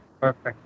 Perfect